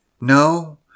No